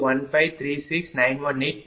01536918 p